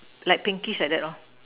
let pinky the side door